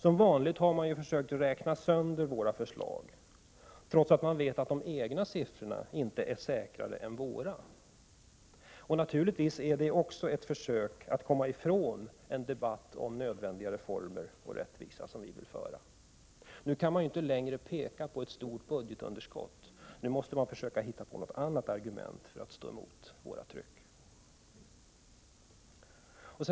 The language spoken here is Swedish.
Som vanligt har det gjorts försök att räkna sönder våra förslag, trots att man vet att de egna siffrorna inte är säkrare än våra. Naturligtvis är det också ett försök att komma ifrån den debatt om nödvändiga reformer och rättvisa som vi vill föra. Nu kan man inte längre peka på ett stort budgetunderskott, nu måste man försöka hitta på något annat argument för att stå emot trycket från oss.